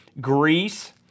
Greece